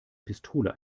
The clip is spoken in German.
pistole